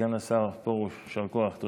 סגן השר פרוש, יישר כוח.